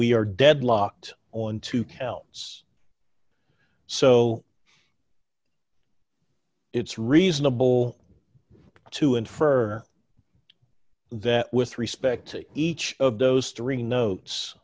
we are deadlocked on two counts so it's reasonable to infer that with respect to each of those three notes